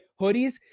Hoodies